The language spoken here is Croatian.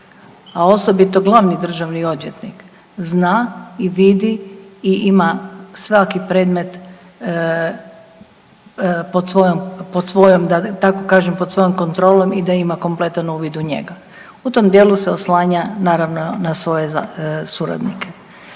a osobito glavni državni odvjetnik zna i vidi i ima svaki predmet pod svojom da tako kažem pod svojom kontrolom i da ima kompletan uvid u njega. U tom dijelu se oslanja naravno na svoje suradnike.